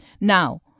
now